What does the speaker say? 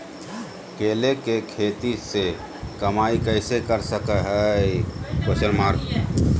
केले के खेती से कमाई कैसे कर सकय हयय?